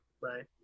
right